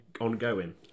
ongoing